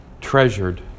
treasured